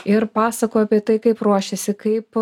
ir pasakojo apie tai kaip ruošėsi kaip